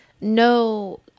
no